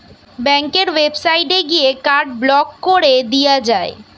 ব্যাংকের ওয়েবসাইটে গিয়ে কার্ড ব্লক কোরে দিয়া যায়